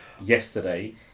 yesterday